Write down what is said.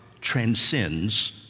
transcends